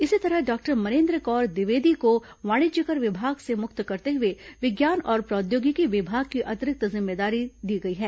इसी तरह डॉक्टर मनेन्दर कौर द्विवेदी को वाणिज्यकर विभाग से मुक्त करते हुए विज्ञान और प्रौद्योगिकी विभाग की अतिरिक्त जिम्मेदारी दी गई है